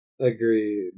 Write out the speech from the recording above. Agreed